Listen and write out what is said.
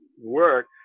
work